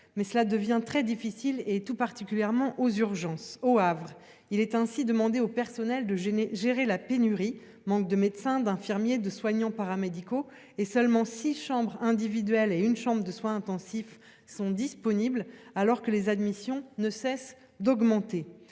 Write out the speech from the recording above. mais cela devient très difficile, tout particulièrement aux urgences. Au Havre, il est ainsi demandé au personnel de gérer la pénurie. L'hôpital manque de médecins, d'infirmiers, de soignants paramédicaux. En outre, seules six chambres individuelles et une chambre de soins intensifs sont disponibles, alors que le nombre d'admissions ne cesse d'augmenter.